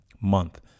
Month